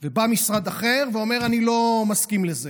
ובא משרד אחר ואומר: אני לא מסכים לזה